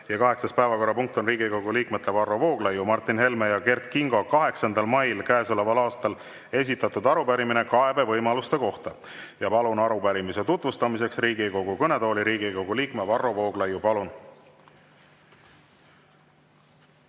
Kaheksas päevakorrapunkt on Riigikogu liikmete Varro Vooglaiu, Martin Helme ja Kert Kingo 8. mail käesoleval aastal esitatud arupärimine kaebevõimaluste kohta. Palun arupärimise tutvustamiseks Riigikogu kõnetooli Riigikogu liikme Varro Vooglaiu. Palun!